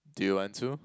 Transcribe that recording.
do you want to